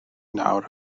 nawr